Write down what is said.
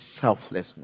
selflessness